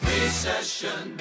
Recession